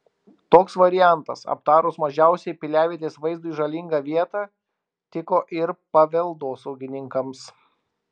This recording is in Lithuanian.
toks variantas aptarus mažiausiai piliavietės vaizdui žalingą vietą tiko ir paveldosaugininkams